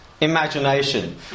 imagination